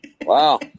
Wow